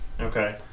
Okay